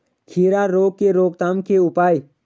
खीरा रोग के रोकथाम के उपाय?